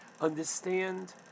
understand